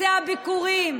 טקסי הביכורים,